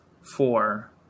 four